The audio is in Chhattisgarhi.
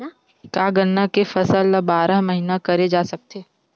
का गन्ना के फसल ल बारह महीन करे जा सकथे?